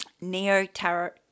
Neo-Tarot –